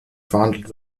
verhandelt